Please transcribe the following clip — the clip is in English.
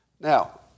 Now